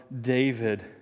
David